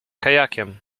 kajakiem